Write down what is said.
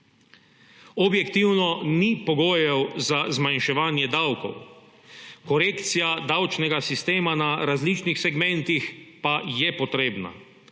Objektivno ni pogojev za zmanjševanje davkov, korekcija davčnega sistema na različnih segmentih pa je potrebna.